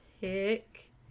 pick